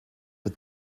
but